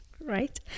Right